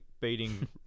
beating